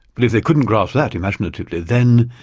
but if they couldn't grasp that imaginatively, then